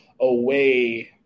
away